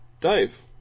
Dave